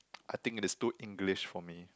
I think it is too English for me